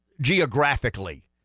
geographically